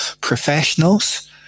professionals